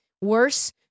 worse